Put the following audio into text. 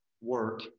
work